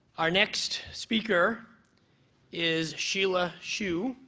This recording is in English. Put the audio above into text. our next speaker is sheila hsu,